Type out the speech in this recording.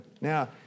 Now